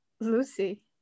Lucy